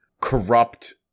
corrupt